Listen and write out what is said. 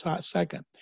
second